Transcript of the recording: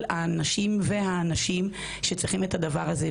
ובשביל כל הנשים והאנשים שצריכים את הדבר הזה.